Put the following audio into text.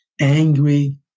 angry